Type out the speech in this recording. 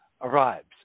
arrives